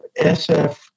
SF